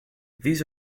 these